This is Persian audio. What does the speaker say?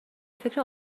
فکر